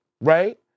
right